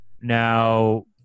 Now